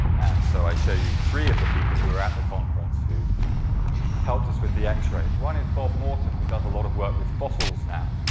and so i show you three of the people who were at the conference who helped us with the x-rays. one is bob morton who does a lot of work with fossils now.